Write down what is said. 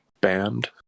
band